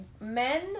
Men